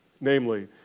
Namely